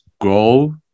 grow